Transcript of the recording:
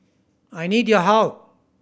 I need your help